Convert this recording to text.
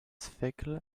fekl